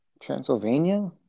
Transylvania